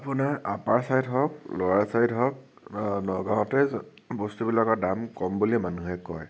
আপোনাৰ upper side হওক lower side হওক নগাঁৱতে বস্তুবিলাকৰ দাম কম বুলি মানুহে কয়